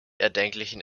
erdenklichen